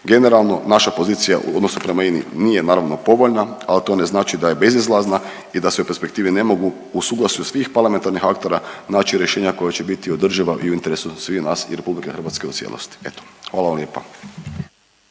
generalno, naša pozicija u odnosu prema INA-i nije, naravno, povoljna, ali to ne znači da je bezizlazna i da su joj perspektive ne mogu u suglasju svih parlamentarnih aktera naći rješenja koja će biti održiva i u interesu sviju nas i RH u cijelosti. Eto, hvala vam lijepa.